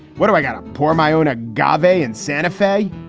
what do i got to pour my own ah gabay in santa fe.